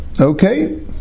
Okay